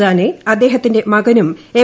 റാനേ അദ്ദേഹത്തിന്റെ മകനും എം